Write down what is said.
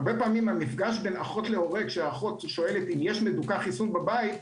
הרבה פעמים המפגש בין אחות להורה כשהאחות שואלת אם יש מדוכא חיסון בבית,